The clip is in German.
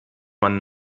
man